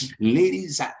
ladies